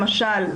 למשל,